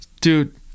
Dude